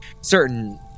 certain